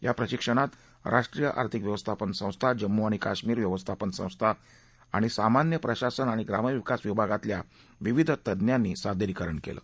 या प्रशिक्षणात राष्ट्रीय आर्थिक व्यवस्थापन संस्था जम्मू आणि काश्मीर व्यवस्थापन संस्था आणि सामान्य प्रशासन आणि ग्रामविकास विभागातल्या विविध तज्ञांनी सादरीकरण कलि